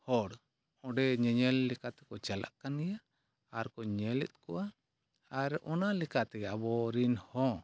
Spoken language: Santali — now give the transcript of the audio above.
ᱦᱚᱲ ᱚᱸᱰᱮ ᱧᱮᱧᱮᱞ ᱞᱮᱠᱟ ᱛᱮᱠᱚ ᱪᱟᱞᱟᱜ ᱠᱟᱱ ᱜᱮᱭᱟ ᱟᱨᱠᱚ ᱧᱮᱞᱮᱫ ᱠᱚᱣᱟ ᱟᱨ ᱚᱱᱟ ᱞᱮᱠᱟᱛᱮᱜᱮ ᱟᱵᱚᱨᱮᱱ ᱦᱚᱸ